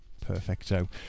Perfecto